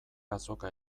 azoka